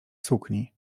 sukni